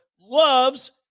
loves